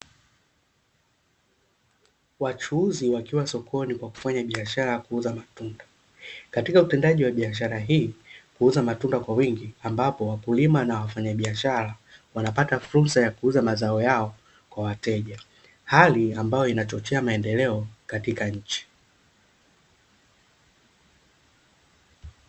Wachuuzi wakiwa sokoni kwa kufanya biashara ya kuuza matunda. Katika utendaji wa biashara hii, kuuza matunda kwa wingi ambapo wakulima na wafanyabiashara wanapata fursa ya kuuza mazao yao kwa wateja. Hali ambayo inachochea maendeleo katika nchi.